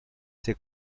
ser